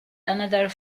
another